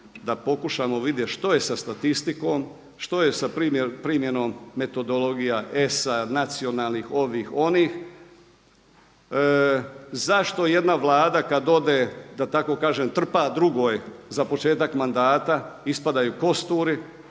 da pokušamo vidjeti što je sa statistikom, što je sa primjenom metodologija ESA, nacionalnih, ovih, onih. Zašto jedna Vlada kada ode, da tako kažem, trpa drugoj za početak mandata ispadaju kosturi,